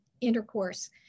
intercourse